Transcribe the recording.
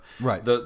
Right